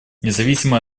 независимо